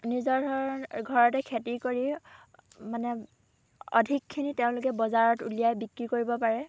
নিজৰ ঘৰতে খেতি কৰি মানে অধিকখিনি তেওঁলোকে বজাৰত উলিয়াই বিক্ৰী কৰিব পাৰে